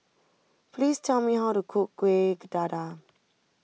please tell me how to cook Kueh Dadar